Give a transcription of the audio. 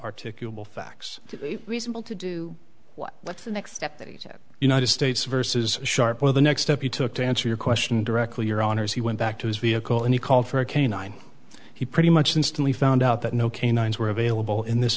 articulable facts reasonable to do what what's the next step the united states versus sharp or the next step you took to answer your question directly your honour's he went back to his vehicle and he called for a canine he pretty much instantly found out that no canines were available in this